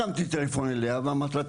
הרמתי טלפון אליה ואמרתי לה,